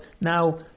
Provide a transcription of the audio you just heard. now